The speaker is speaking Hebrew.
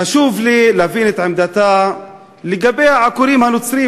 חשוב לי להבין את עמדתה לגבי העקורים הנוצרים,